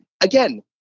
Again